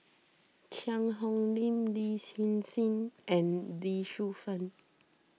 Cheang Hong Lim Lin Hsin Hsin and Lee Shu Fen